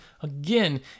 again